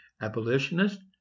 abolitionist